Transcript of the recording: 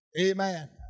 Amen